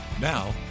Now